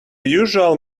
usual